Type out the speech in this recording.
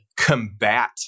combat